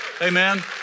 Amen